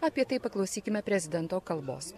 apie tai paklausykime prezidento kalbos